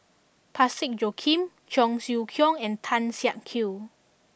Parsick Joaquim Cheong Siew Keong and Tan Siak Kew